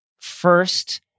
first